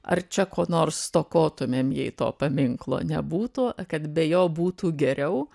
ar čia ko nors stokotumėm jei to paminklo nebūtų kad be jo būtų geriau